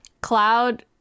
cloud